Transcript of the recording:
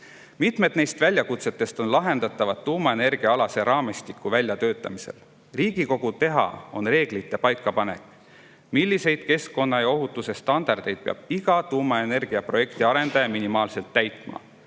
Mitmed neist väljakutsetest [saaks] lahendada tuumaenergia raamistiku väljatöötamisel. Riigikogu teha on reeglite paikapanek, milliseid keskkonna‑ ja ohutusstandardeid peab iga tuumaenergiaprojekti arendaja minimaalselt täitma.